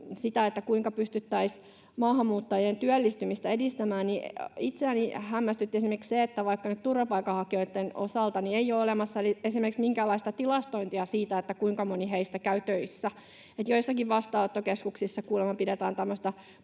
sitä, kuinka pystyttäisiin maahanmuuttajien työllistymistä edistämään, niin itseäni hämmästytti esimerkiksi se, että nyt turvapaikanhakijoitten osalta ei esimerkiksi ole olemassa minkäänlaista tilastointia siitä, kuinka moni heistä käy töissä. Joissakin vastaanottokeskuksissa kuulemma pidetään paperilla